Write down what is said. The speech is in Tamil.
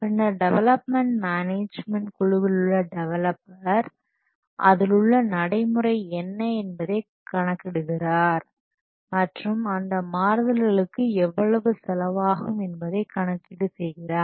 பின்னர் டெவலப்மென்ட் குழுவிலுள்ள டெவலப்பர் அதிலுள்ள நடைமுறை என்ன என்பதை கணக்கிடுகிறார் மற்றும் அந்த மாறுதல்களுக்கு எவ்வளவு செலவாகும் என்பதை கணக்கீடு செய்கிறார்